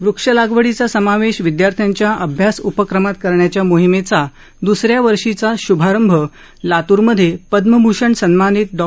वक्षलागवडीचा समावेश विदयार्थ्यांच्या अभ्यासउपक्रमात करण्याच्या मोहिमेचा द्स या वर्षीचा शभारंभ लात्रमधे पदमभूषण सन्मानित डॉ